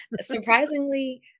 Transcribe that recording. Surprisingly